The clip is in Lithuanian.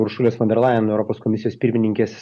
uršulės fon der lajen europos komisijos pirmininkės